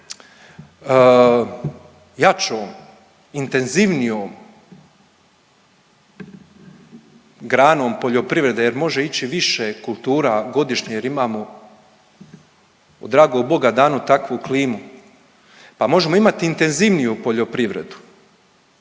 jačom, intenzivnijom granom poljoprivrede jer može ići više kultura godišnje jer imamo od dragog Boga danu takvu klimu pa možemo imati i intenzivniju poljoprivredu.